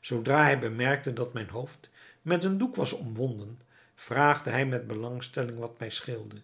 zoodra hij bemerkte dat mijn hoofd met een doek was omwonden vraagde hij met belangstelling wat mij scheelde